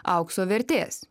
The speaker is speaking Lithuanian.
aukso vertės